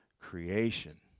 creation